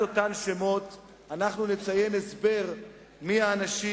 שליד אותם שמות אנחנו נציין הסבר מי האנשים.